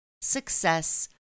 success